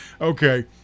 Okay